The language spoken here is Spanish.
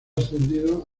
ascendido